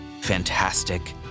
fantastic